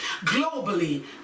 Globally